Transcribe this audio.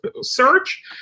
search